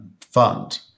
fund